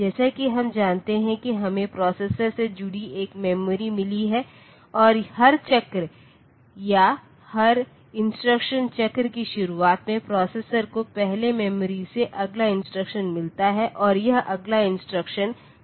जैसा कि हम जानते हैं कि हमें प्रोसेसर से जुड़ी एक मेमोरी मिली है और हर चक्र या हर इंस्ट्रक्शन चक्र की शुरुआत में प्रोसेसर को पहले मेमोरी से अगला इंस्ट्रक्शन मिलता है और यह अगला इंस्ट्रक्शन कहां है